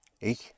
ich